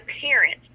parents